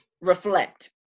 reflect